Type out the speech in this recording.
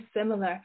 similar